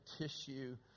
tissue